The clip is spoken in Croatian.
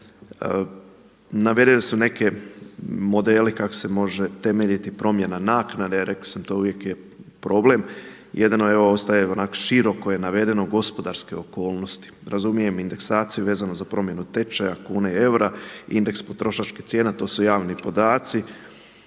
navedene su neke, modeli kako se može temeljiti promjena naknade, rekao sam to uvijek je problem. Jedino evo ostaje onako široko je navedeno gospodarske okolnosti. Razumijem indeksaciju vezano za promjenu tečaja kune i eura, indeks potrošačkih cijena, to su javni podaci.